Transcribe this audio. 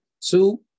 Two